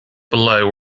below